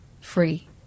Free